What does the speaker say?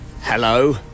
hello